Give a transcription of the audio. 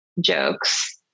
jokes